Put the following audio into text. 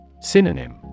Synonym